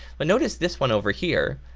but notice this one over here.